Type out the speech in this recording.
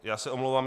Já se omlouvám.